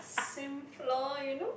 same floor you know